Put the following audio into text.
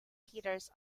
hitters